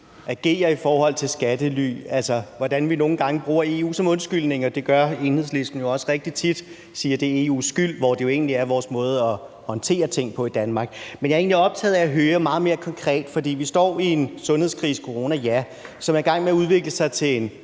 agerer i forhold til skattely, altså hvordan vi nogle gange bruger EU som undskyldning, og det gør Enhedslisten jo også rigtig tit ved at sige, at det er EU's skyld, hvor det jo egentlig er vores egen måde at håndtere ting på i Danmark. Men jeg er egentlig optaget af at høre noget meget mere konkret, i forhold til at vi jo står i en sundhedskrise på grund af corona, ja, som er i gang med at udvikle sig til en